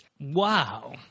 Wow